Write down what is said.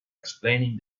explaining